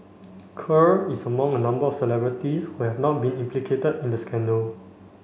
Kerr is among a number of celebrities who have not been implicated in the scandal